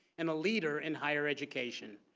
and a leader in higher education.